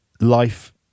life